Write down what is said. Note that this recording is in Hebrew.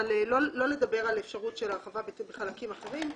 אבל לא לדבר על אפשרות של הרחבה בחלקים אחרים.